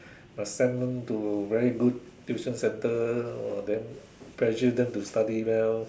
but send them to very good tuition centre orh then pressure them to study well